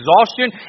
exhaustion